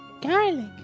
Garlic